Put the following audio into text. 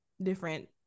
different